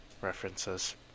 references